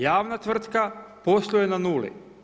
Javna tvrtka posluje na nuli.